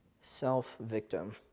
Self-victim